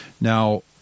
Now